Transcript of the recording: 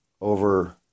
over